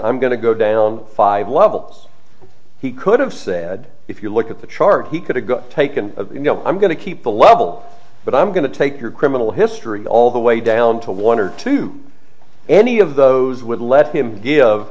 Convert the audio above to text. i'm going to go down five levels he could have said if you look at the chart he could have taken you know i'm going to keep the level but i'm going to take your criminal history all the way down to one or two any of those with let him give